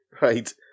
right